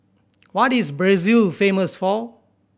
what is Brazil famous for